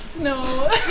No